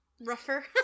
Rougher